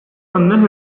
онно